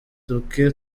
duke